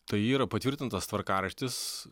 tai yra patvirtintas tvarkaraštis